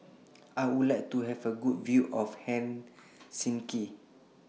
I Would like to Have A Good View of Helsinki